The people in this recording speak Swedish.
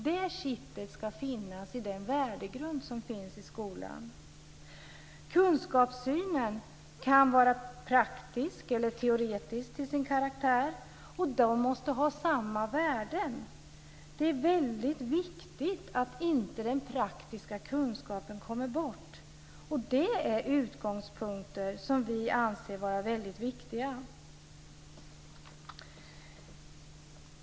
Värdegrunden som finns i skolan ska vara kittet. Kunskapssynen kan vara praktisk eller teoretisk till sin karaktär. De olika kunskaperna måste ha samma värde. Det är väldigt viktigt att inte den praktiska kunskapen kommer bort. De utgångspunkterna anser vi vara väldigt viktiga.